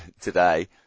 today